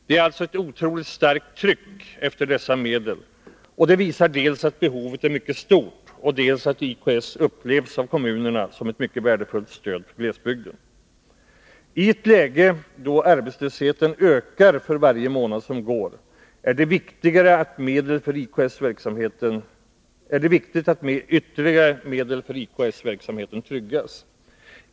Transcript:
Det är alltså ett oerhört starkt sug efter dessa medel, och det visar dels att behovet är mycket stort, dels att IKS upplevs av kommunerna som ett mycket värdefullt stöd för glesbygden. I ett läge då arbetslösheten ökar för varje månad som går är det än viktigare att medel för IKS-verksamheten tryggas.